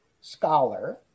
scholar